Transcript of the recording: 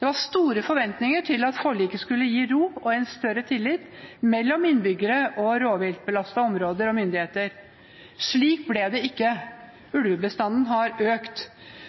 Det var store forventninger til at forliket skulle gi ro og en større tillit mellom innbyggere i rovviltbelastede områder og myndigheter. Slik ble det ikke. Ulvebestanden har økt.